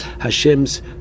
Hashem's